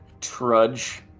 trudge